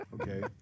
Okay